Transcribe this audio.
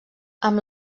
amb